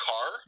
Car